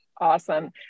Awesome